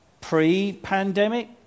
pre-pandemic